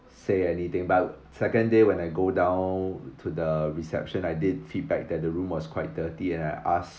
say anything but second day when I go down to the reception I did feedback that the room was quite dirty and I ask